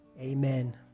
Amen